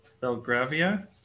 Belgravia